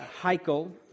Heichel